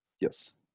Yes